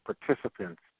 participants